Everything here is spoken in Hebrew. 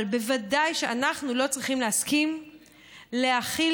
אבל בוודאי שאנחנו לא צריכים להסכים להחיל,